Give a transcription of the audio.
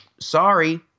sorry